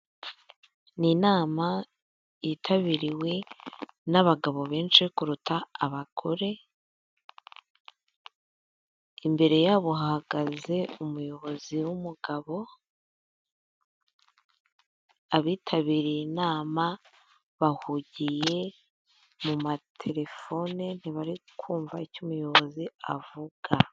Ni inama yitabirirwe n'abagabo benshi kuruta abagore, imbere yabo hahagaze umuyobozi w'umugabo, abitabiriye inama bahugiye mu materelefoni ntibari kumva icyo umuyobozi avuga.